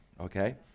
okay